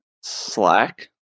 Slack